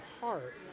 heart